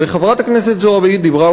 וחברת הכנסת זועבי דיברה,